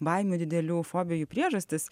baimių didelių fobijų priežastis